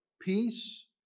peace